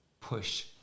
push